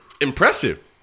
impressive